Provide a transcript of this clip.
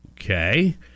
Okay